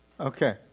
Okay